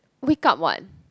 wake up what